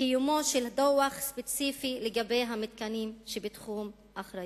קיומו של דוח ספציפי לגבי המתקנים שבתחום אחריותם.